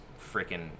freaking